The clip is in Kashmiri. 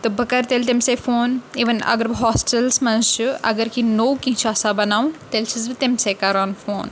تہٕ بہٕ کَرٕ تیٚلہِ تٔمسٕے فوٗن اِوٕن اگر بہٕ ہاسٹَلَس منٛز چھِ اگر کیٚنٛہہ نوٚو کیٚنٛہہ چھِ آسان بَناوُن تیٚلہِ چھَس بہٕ تٔمسٕے کَران فوٗن